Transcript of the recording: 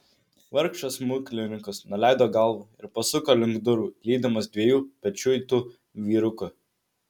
vargšas smuklininkas nuleido galvą ir pasuko link durų lydimas dviejų pečiuitų vyrukų